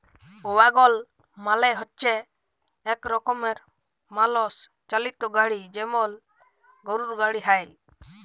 ওয়াগল মালে হচ্যে এক রকমের মালষ চালিত গাড়ি যেমল গরুর গাড়ি হ্যয়